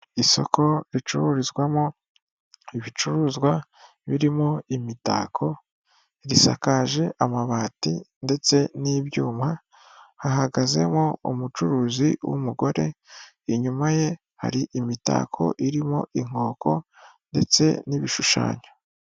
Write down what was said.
Isoko ricururizwamo ibicuruzwa birimo imitako, risakaje amabati ndetse n'ibyuma, hahagazemo umucuruzi w'umugore, inyuma ye hari imitako irimo inkoko ndetse n'ibishushanyo.